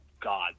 God